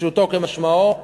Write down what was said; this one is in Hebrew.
פשוטו כמשמעו,